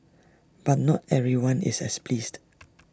but not everyone is as pleased